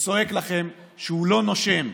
וצועק לכם שהוא לא נושם.